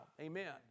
Amen